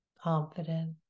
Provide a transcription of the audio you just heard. confident